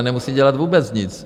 Ten nemusí dělat vůbec nic.